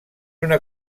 una